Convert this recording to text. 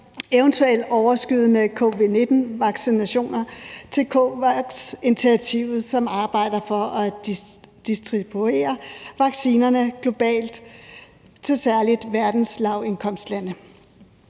eventuelle overskydende covid-19-vaccinationer til COVAX-initiativet, som arbejder for at distribuere vaccinerne globalt til særlig verdens lavindkomstlande.